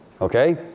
Okay